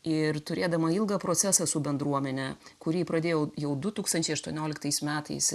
ir turėdama ilgą procesą su bendruomene kurį pradėjau jau du tūkstančiai aštuonioliktais metais